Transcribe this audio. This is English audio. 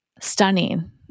stunning